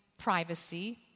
Privacy